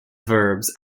verbs